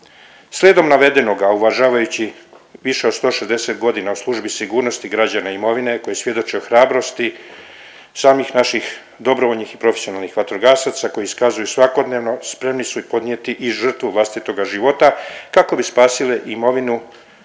Slijedom navedenoga, a uvažavajući više od 160 godina u službi sigurnosti građana i imovine koji svjedoče o hrabrosti samih naših dobrovoljnih i profesionalnih vatrogasaca koji iskazuju svakodnevno, spremni su i podnijeti i žrtvu vlastitoga života kako bi spasili imovinu